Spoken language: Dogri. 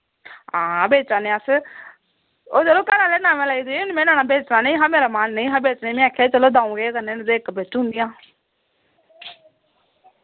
हां बेचाने अस ओ यरो घर आह्ले नमां लेई दे नि मैं नमां बेचना नेईं हा मेरा मन नेईं हा बेचने मैं आखेआ चलो दऊं केह् करने न ते इक बेचुनेआं